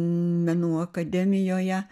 menų akademijoje